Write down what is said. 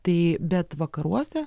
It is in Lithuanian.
tai bet vakaruose